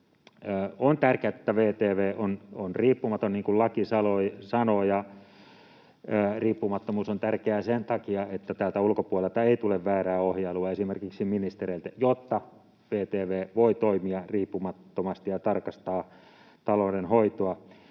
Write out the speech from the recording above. On tärkeää, että VTV on riippumaton, niin kuin laki sanoo. Riippumattomuus on tärkeää sen takia, että täältä ulkopuolelta ei tule väärää ohjailua esimerkiksi ministereiltä, jotta VTV voi toimia riippumattomasti ja tarkastaa taloudenhoitoa.